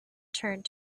turned